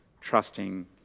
trusting